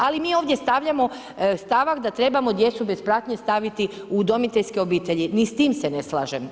Ali mi ovdje stavljamo stavak da trebamo djecu bez pratnje staviti u udomiteljske obitelji, ni s tim se ne slažem.